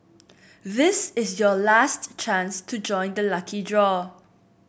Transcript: this is your last chance to join the lucky draw